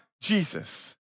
Jesus